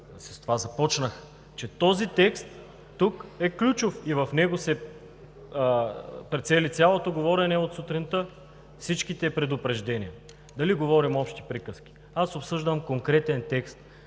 с това започнах – че този текст тук е ключов и в него се прицели цялото говорено от сутринта – всичките предупреждения. Дали говорим общи приказки? Аз обсъждам конкретен текст,